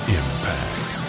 impact